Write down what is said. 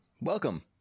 Welcome